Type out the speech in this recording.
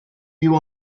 you